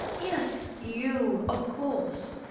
yes, you, of course.